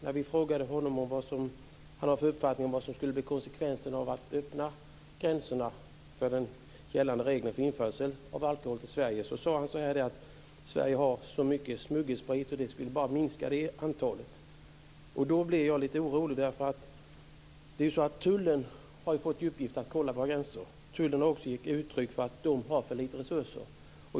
När vi frågade honom vilken uppfattning han hade om vad som skulle bli konsekvensen av att gränserna till Sverige öppnas för gällande regler för införsel av alkohol sade han att Sverige har så mycket smuggelsprit att det bara skulle minska den mängden. Då blir jag lite orolig. Tullen har fått till uppgift att kontrollera våra gränser. Tullen har också gett uttryck för att den har för lite resurser.